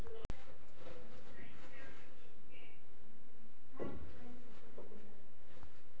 जनावरात कॅल्शियमचं प्रमान कस वाढवता येईन?